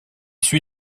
suit